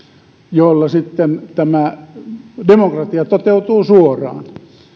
jolloin sitten demokratia toteutuu suoraan